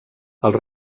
els